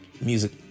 music